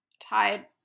tied